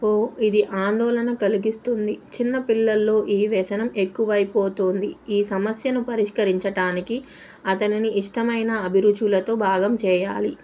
ఓ ఇది ఆందోళన కలిగిస్తుంది చిన్నపిల్లల్లో ఈ వ్యసనం ఎక్కువయిపోతోంది ఈ సమస్యను పరిష్కరించటానికి అతనిని ఇష్టమైన అభిరుచులతో భాగం చేయాలి